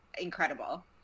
incredible